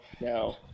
no